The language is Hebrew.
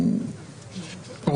בר-און,